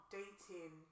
dating